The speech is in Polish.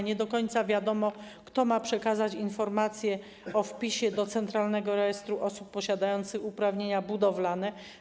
Nie do końca wiadomo, kto ma przekazać informację o wpisie do centralnego rejestru osób posiadających uprawnienia budowlane.